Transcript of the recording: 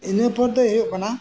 ᱤᱱᱟᱹ ᱯᱚᱨ ᱫᱚᱭ ᱦᱩᱭᱩᱜ ᱠᱟᱱᱟ